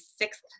sixth